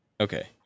Okay